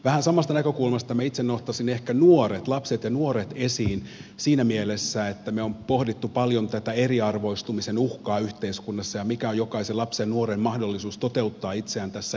vähän samasta näkökulmasta minä itse nostaisin ehkä lapset ja nuoret esiin siinä mielessä että me olemme paljon pohtineet tätä eriarvoistumisen uhkaa yhteiskunnassa ja sitä mikä on jokaisen lapsen ja nuoren mahdollisuus toteuttaa itseään tässä elämässä